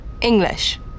English